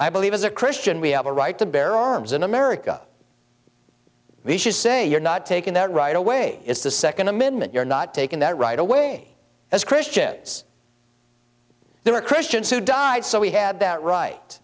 i believe as a christian we have a right to bear arms in america we should say you're not taking that right away it's the second amendment you're not taking that right away as christians there are christians who died so we had that right